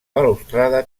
balustrada